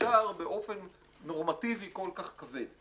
תוסדר באופן נורמטיבי כל כך כבד.